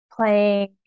playing